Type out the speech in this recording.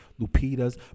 Lupitas